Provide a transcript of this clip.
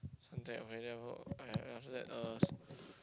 Suntec okay then after that uh